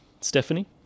Stephanie